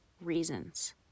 reasons